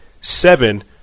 Seven